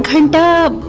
and